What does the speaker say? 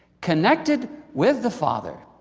connected with the father